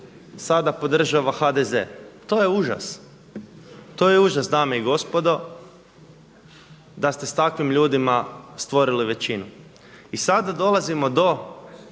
sada podržava HDZ. To je užas dame i gospodo da ste s takvim ljudima stvorili većinu! I sada dolazimo do